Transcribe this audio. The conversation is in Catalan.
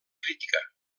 crítica